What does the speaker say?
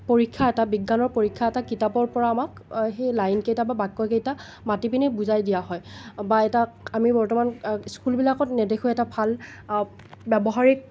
পৰীক্ষা এটা বিজ্ঞানৰ পৰীক্ষা এটা কিতাপৰ পৰা আমাক সেই লাইনকেইটা বা বাক্যকেইটা মাতি পিনে বুজাই দিয়া হয় বা এটা আমি বৰ্তমান স্কুলবিলাকত নেদেখোঁ এটা ভাল ব্যৱহাৰিক